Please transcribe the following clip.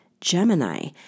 Gemini